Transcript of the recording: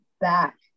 back